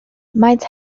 maent